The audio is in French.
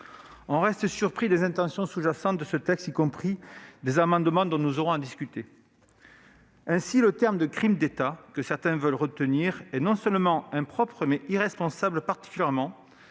on reste surpris des intentions sous-jacentes de ce texte et des amendements déposés par ses auteurs, dont nous aurons à discuter. Ainsi, le terme de « crime d'État » que certains veulent retenir est non seulement impropre mais irresponsable, particulièrement